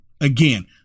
Again